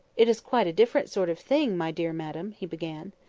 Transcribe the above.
it is quite a different sort of thing, my dear madam, he began.